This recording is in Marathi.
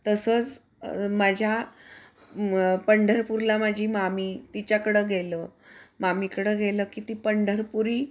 तसंच माझ्या पंढरपूरला माझी मामी तिच्याकडं गेलं मामीकडं गेलं की ती पंढरपुरी